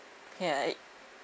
ya